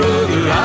Brother